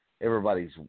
everybody's